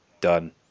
Done